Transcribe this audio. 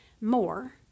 more